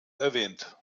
erwähnt